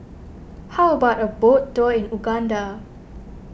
how about a boat tour in Uganda